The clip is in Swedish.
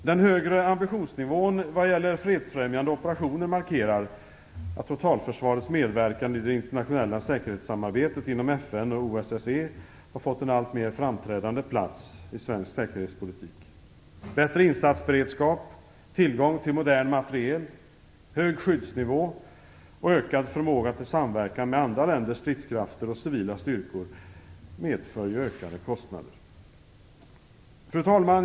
Den högre ambitionsnivån vad gäller fredsfrämjande operationer markerar att totalförsvarets medverkan i det internationella säkerhetssamarbetet inom FN och OSSE har fått en alltmer framträdande plats i svensk säkerhetspolitik. Bättre insatsberedskap, tillgång till modern materiel, hög skyddsnivå samt ökad förmåga till samverkan med andra länders stridskrafter och civila styrkor medför ökade kostnader. Fru talman!